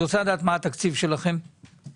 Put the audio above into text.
אני רוצה לדעת מה התקציב שלכם היום?